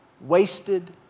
wasted